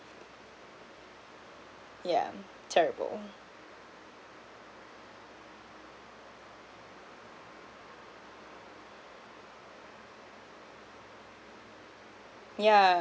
yeah terrible yeah